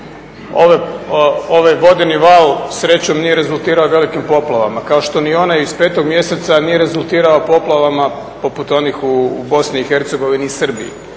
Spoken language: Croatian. Ovaj vodeni val srećom nije rezultirao velikim poplavama, kao što ni onaj iz 5. mjeseca nije rezultirao poplavama poput onih u BiH i Srbiji